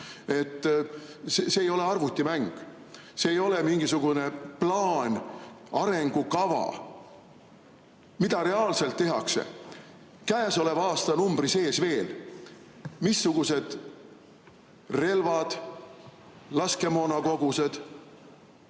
See ei ole arvutimäng. See ei ole mingisugune plaan, arengukava. Mida reaalselt tehakse käesoleva aastanumbri sees veel? Missugused relvad, laskemoonakogused